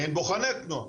אין בוחני תנועה